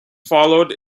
followed